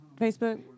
Facebook